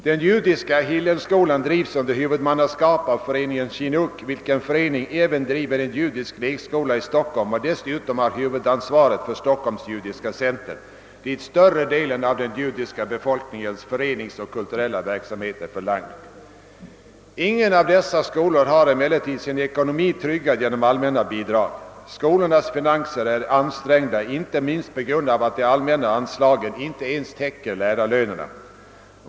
Den judiska Hillelskolan drivs under huvudmannaskap av föreningen Chinuch, vilken förening även driver en judisk lekskola i Stockholm och dessutom har huvudansvaret för Stockholms Judiska Center, dit större delen av den judiska befolkningens föreningsoch kulturella verksamhet är förlagd. Ingen av dessa skolor har emellertid sin ekonomi tryggad genom allmänna bidrag. Skolornas finanser är ansträngda, inte minst på grund av att de allmänna anslagen inte ens täcker lärarlönerna.